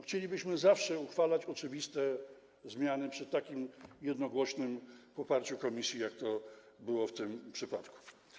Chcielibyśmy zawsze uchwalać oczywiste zmiany przy takim jednogłośnym poparciu komisji, jak to było w tym przypadku.